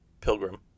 Pilgrim